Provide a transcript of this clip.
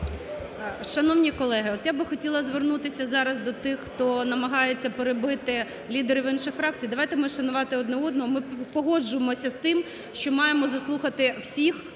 Шановні колеги, от я би хотіла звернутися зараз до тих, хто намагається перебити лідерів інших фракцій. Давайте ми шанувати один одного, ми погоджуємося з тим, що маємо заслухати всіх